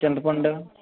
చింతపండు